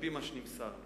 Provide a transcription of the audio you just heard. על-פי מה שנמסר לי.